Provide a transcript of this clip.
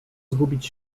zgubić